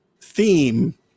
theme